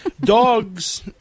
Dogs